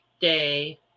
day